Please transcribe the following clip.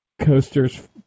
coasters